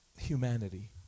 Humanity